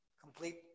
complete